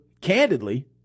candidly